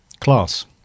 Class